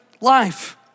Life